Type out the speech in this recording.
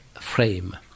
frame